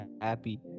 Happy